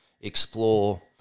explore